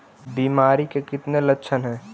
बीमारी के कितने लक्षण हैं?